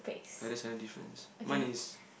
ah there's a difference mine is